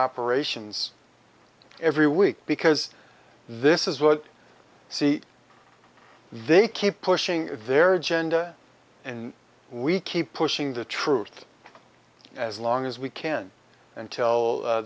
operations every week because this is what see they keep pushing their agenda and we keep pushing the truth as long as we can until